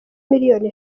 miliyoni